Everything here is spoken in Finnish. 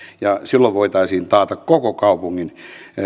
ja silloin voitaisiin taata koko kaupungin